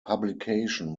publication